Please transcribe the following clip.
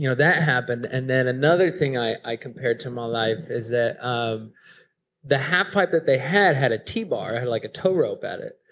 you know that happened and then another thing i i compared to my life is that um the half pipe that they had, had a t-bar, like a tow rope on it.